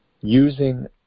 using